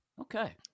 okay